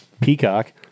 Peacock